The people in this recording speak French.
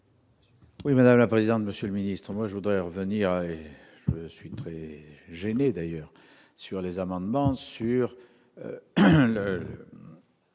Oui, madame la présidente, monsieur le ministre, moi je voudrais revenir, je suis très gêné d'ailleurs sur les amendements sur la